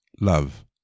love